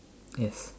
yes